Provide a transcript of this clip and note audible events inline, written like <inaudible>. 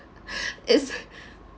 <laughs> it's